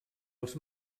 els